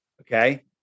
okay